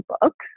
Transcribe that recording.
books